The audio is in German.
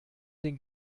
den